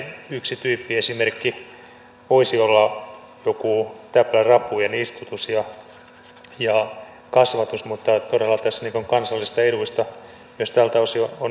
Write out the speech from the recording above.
kai yksi tyyppiesimerkki voisi olla joku täplärapujen istutus ja kasvatus mutta todella tässä on kansallisista eduista myös tältä osin huolehdittava